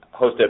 hosted